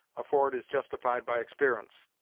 afore it is justified by exper'ence.